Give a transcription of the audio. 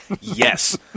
Yes